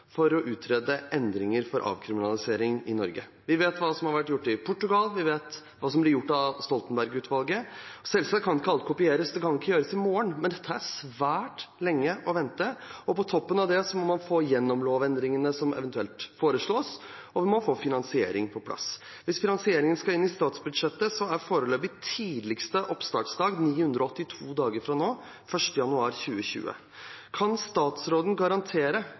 dato å utrede endringer for avkriminalisering i Norge. Vi vet hva som har vært gjort i Portugal, vi vet hva som blir gjort av Stoltenberg-utvalget. Selvsagt kan ikke alt kopieres – det kan ikke gjøres i morgen – men dette er svært lenge å vente, og på toppen av det må man få igjennom lovendringene som eventuelt foreslås, og vi må få finansiering på plass. Hvis finansieringen skal inn i statsbudsjettet, er foreløpig tidligste oppstartsdag 982 dager fra nå, den 1. januar 2020. Kan statsråden garantere